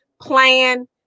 plan